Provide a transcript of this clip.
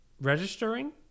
registering